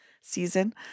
season